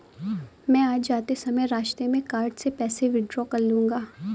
मैं आज जाते समय रास्ते में कार्ड से पैसे विड्रा कर लूंगा